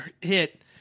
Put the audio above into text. hit